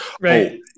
Right